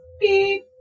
beep